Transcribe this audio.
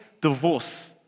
divorce